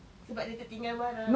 sebab dia tertinggal barang